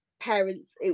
parents